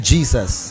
Jesus